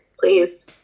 please